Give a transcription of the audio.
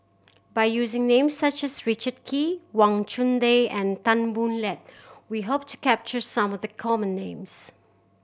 by using names such as Richard Kee Wang Chunde and Tan Boo Liat we hope to capture some of the common names